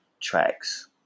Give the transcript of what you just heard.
tracks